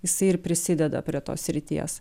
jisai ir prisideda prie tos srities